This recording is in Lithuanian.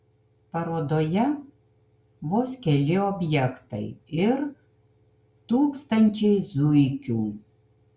parodoje vos keli objektai ir tūkstančiai zuikių